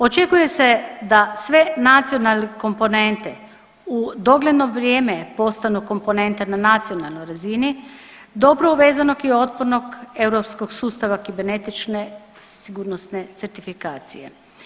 Očekuje se da sve nacionalne komponente u dogledno vrijeme postanu komponente na nacionalnoj razini dobro uvezanog i otpornog europskog sustava kibernetičke sigurnosne certifikacije.